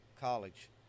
College